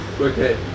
Okay